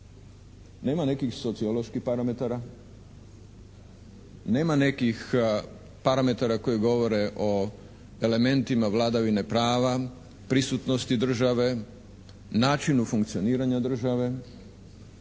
Nema nekih socioloških parametara, nema nekih parametara koji govore o elementima vladavine prava, prisutnosti države, načinu funkcioniranja države,